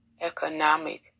economic